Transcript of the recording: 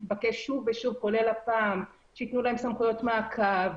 התבקש שוב ושוב כולל הפעם שייתנו להם סמכויות מעקב,